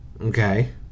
okay